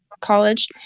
college